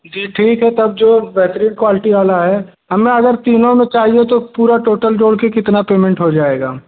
जी ठीक है तब जो बेहतरीन क्वालटी वाला है हमें अगर तीनों में चाहिए तो पूरा टोटल जोड़ के कितना पेमेंट हो जाएगा